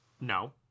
No